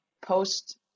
post-